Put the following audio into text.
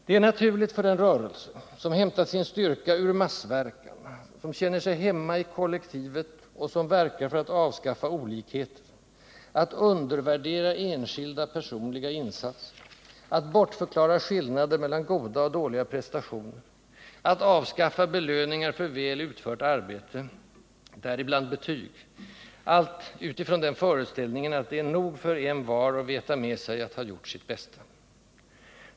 Det är naturligt för en rörelse, som hämtat sin styrka ur massverkan, som känner sig hemma i kollektivet och som verkar för att avskaffa olikheter, att undervärdera enskilda personliga insatser, att bortförklara skillnader mellan goda och dåliga prestationer, att avskaffa belöningar för väl utfört arbete, däribland betyg — allt utifrån den föreställningen att det är nog för envar att veta med sig att ha gjort sitt bästa.